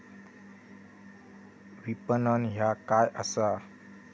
विपणन ह्या काय असा?